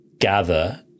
gather